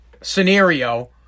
scenario